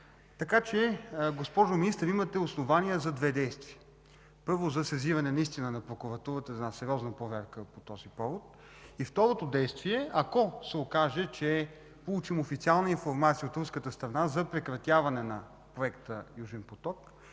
Орешарски. Госпожо Министър, имате основание за две действия. Първото, за сезиране наистина на прокуратурата за сериозна проверка по този повод. Второто, ако се окаже, че получим официална информация от руската страна за прекратяване на проекта „Южен поток”